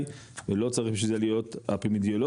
ולא צריך בשביל זה להיות אפידמיולוג,